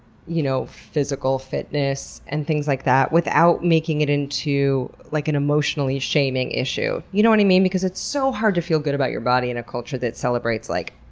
you know, physical fitness and things like that without making it into like an emotionally shaming issue? you know what i and mean? because it's so hard to feel good about your body in a culture that celebrates, like,